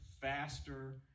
faster